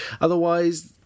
Otherwise